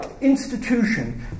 institution